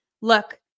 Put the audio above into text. look